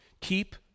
Keep